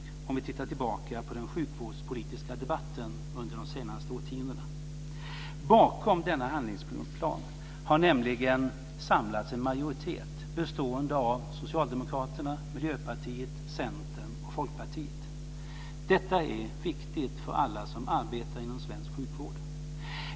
Den ser vi om vi tittar tillbaka på den sjukvårdspolitiska debatten de senaste årtiondena. Bakom denna handlingsplan har nämligen samlats en majoritet bestående av Socialdemokraterna, Miljöpartiet, Centern och Folkpartiet. Detta är viktigt för alla som arbetar inom svensk sjukvård.